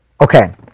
okay